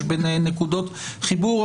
יש ביניהן נקודות חיבור,